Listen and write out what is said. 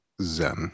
Zen